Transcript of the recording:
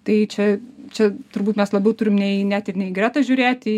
tai čia čia turbūt mes labiau turim nei net ir ne į gretą žiūrėti